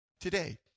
today